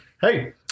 Hey